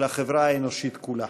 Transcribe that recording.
של החברה האנושית כולה.